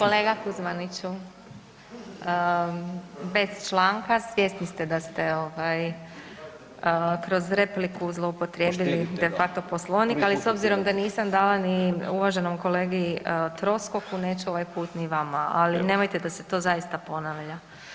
Kolega Kuzmaniću, bez članka, svjesni ste da ste kroz repliku zloupotrijebili de facto Poslovnik ali s obzirom da nisam dala ni uvaženom kolegu Troskotu, neću ovaj put ni vama, ali nemojte da se to zaista ponavlja.